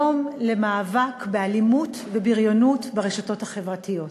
יום למאבק באלימות ובבריונות ברשתות החברתיות.